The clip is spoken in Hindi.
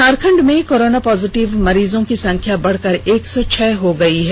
झारखंड में कोरोना पॉजिटिव मरीजों की संख्या बढ़कर एक सौ छह हो गई है